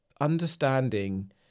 understanding